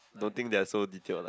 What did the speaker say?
don't think they are so detailed lah